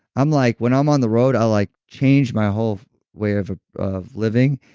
i'm like, when i'm on the road, i like change my whole way of ah of living.